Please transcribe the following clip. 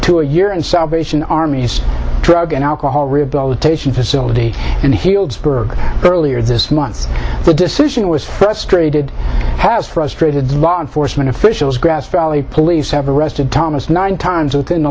you and salvation army's drug and alcohol rehabilitation facility in healdsburg earlier this month the decision was frustrated has frustrated law enforcement officials grass valley police have arrested thomas nine times within the